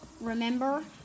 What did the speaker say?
Remember